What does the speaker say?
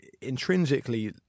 intrinsically